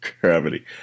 Gravity